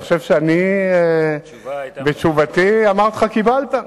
אני חושב שבתשובתי אמרתי לך: קיבלת.